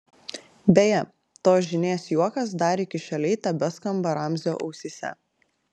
beje tos žynės juokas dar iki šiolei tebeskamba ramzio ausyse